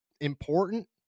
important